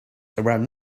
around